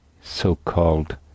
so-called